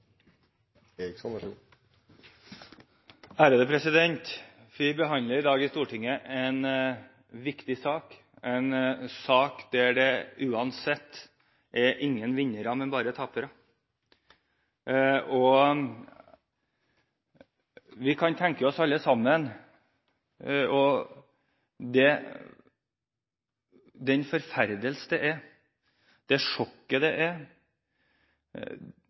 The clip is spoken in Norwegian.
i Stortinget i dag – en sak der det uansett ikke finnes vinnere, men bare tapere. Vi kan alle sammen tenke oss den forferdelse det er, det sjokket det er,